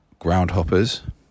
Groundhoppers